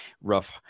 rough